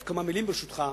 ברשותך,